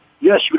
yes